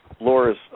Laura's